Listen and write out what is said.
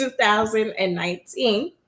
2019